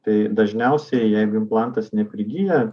tai dažniausiai jeigu implantas neprigyja